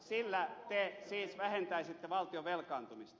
sillä te siis vähentäisitte valtion velkaantumista